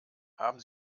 haben